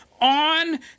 on